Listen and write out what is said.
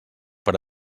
per